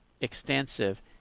extensive